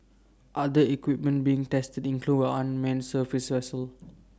other equipment being tested include an unmanned surface vessel